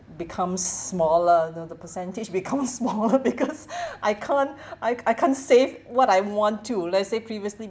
becomes smaller you know the percentage becomes smaller because I can't I I I can't save what I want to let's say previously